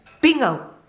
Bingo